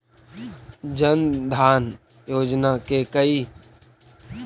जन धान योजना के लाभ कैसे मिलतै?